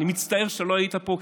אני מצטער שלא היית פה,